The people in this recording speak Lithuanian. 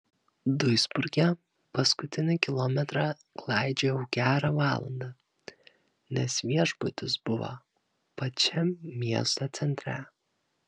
duisburge paskutinį kilometrą klaidžiojau gerą valandą nes viešbutis buvo pačiam miesto centre